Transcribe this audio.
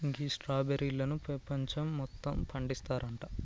గీ స్ట్రాబెర్రీలను పెపంచం మొత్తం పండిస్తారంట